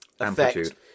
amplitude